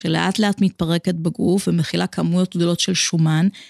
שלאט לאט מתפרקת בגוף ומכילה כמויות גדולות של שומן.